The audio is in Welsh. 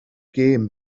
gêm